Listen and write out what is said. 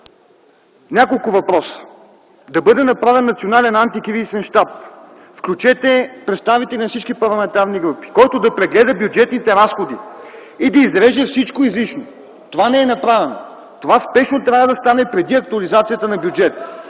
Няколко въпроса. Да бъде направен национален антикризисен щаб, включете представители на всички парламентарни групи, който да прегледа бюджетните разходи и да изреже всичко излишно. Това не е направено. Това спешно трябва да стане преди актуализацията на бюджета.